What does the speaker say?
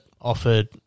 offered